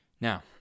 Now